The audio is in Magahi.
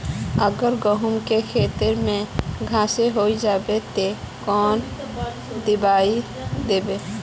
अगर गहुम के खेत में घांस होबे जयते ते कौन दबाई दबे?